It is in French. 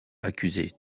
accusé